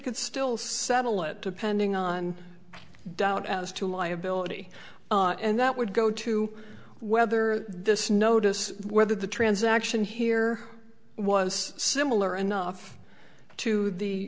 could still settle it depending on doubt as to liability and that would go to whether this notice whether the transaction here was similar enough to the